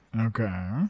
Okay